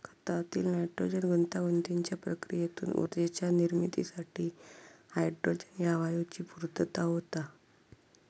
खतातील नायट्रोजन गुंतागुंतीच्या प्रक्रियेतून ऊर्जेच्या निर्मितीसाठी हायड्रोजन ह्या वायूची पूर्तता होता